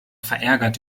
verärgert